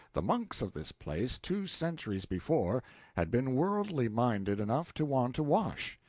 the monks of this place two centuries before had been worldly minded enough to want to wash.